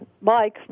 Mike